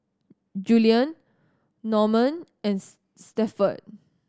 Julian Normand and Stafford